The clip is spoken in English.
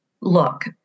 look